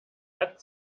hat